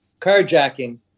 carjacking